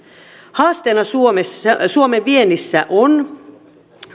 haasteena suomen viennissä on